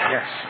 Yes